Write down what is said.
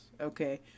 okay